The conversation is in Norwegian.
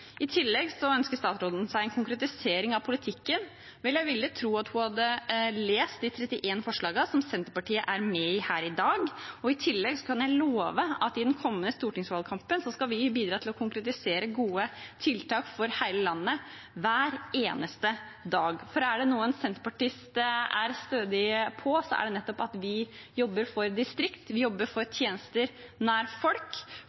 I tillegg ønsker statsråden seg en konkretisering av politikken. Vel, jeg vil tro at hun har lest de 31 forslagene som Senterpartiet er med på her i dag. I tillegg kan jeg love at i den kommende stortingsvalgkampen skal vi bidra til å konkretisere gode tiltak for hele landet hver eneste dag. For er det noe en senterpartist er stødig på, er det at vi jobber for distriktene. Vi jobber for tjenester nær folk,